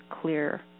clear